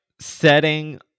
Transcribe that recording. setting